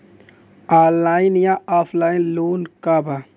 Online या offline loan का बा?